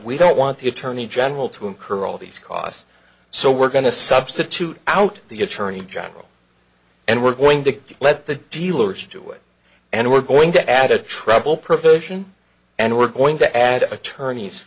we don't want the attorney general to incur all these costs so we're going to substitute out the attorney general and we're going to let the dealership do it and we're going to add a treble provision and we're going to add attorneys